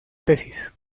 tesis